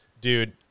dude